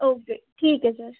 okay ठीक है sir